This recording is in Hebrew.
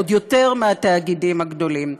עוד יותר מהתאגידים הגדולים.